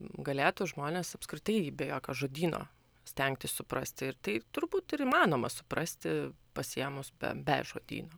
galėtų žmonės apskritai be jokio žodyno stengtis suprasti ir tai turbūt ir įmanoma suprasti pasiėmus be žodyno